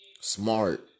smart